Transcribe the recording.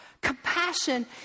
Compassion